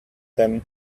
them